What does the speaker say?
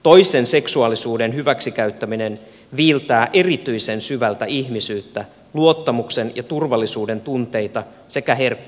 toisen seksuaalisuuden hyväksikäyttäminen viiltää erityisen syvältä ihmisyyttä luottamuksen ja turvallisuuden tunteita sekä herkkää seksuaalisuutta